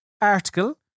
article